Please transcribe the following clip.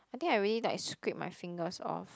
I think I really like scrape my fingers off